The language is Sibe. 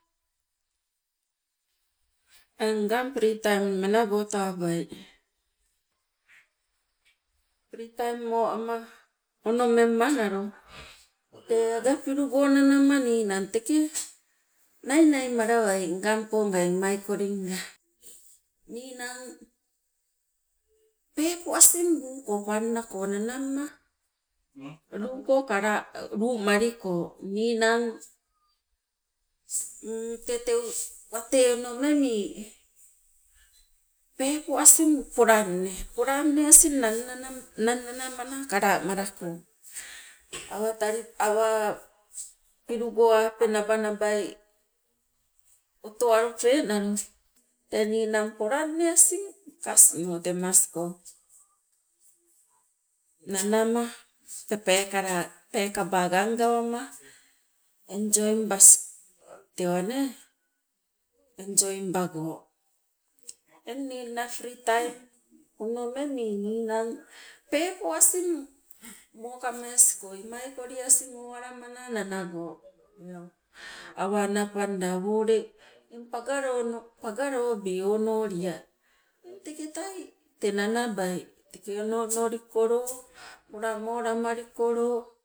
Eng ngang pri taim menabo tawabai, pri taim mo ama onomemmanalo tee ange pilu nanama ninang teke nainai malawai imaikolinga, ninang peepo asing buuko pannako nanamma luko kalaa lumaliko. Ninang tee teu wate onomemi peepo asing polanne, polanne asing nanna nan nanamana kala malako awa tali pilugo ape nabanabai otowalupenalo tee ninang polanne asing kasno temasko nanama, tee peekala peekaba gang gawama enjoybas tewa nee enjoybago. Eng ningna pri taim onomemi ninang peepo asing mokamesko imaikolo asing owalamana nanago eu, awa anapanda awo ule eng pagolono pagalobi onolia, eng teketai nanabai teke ono onolikolo, moola moolamalikolo,